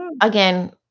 again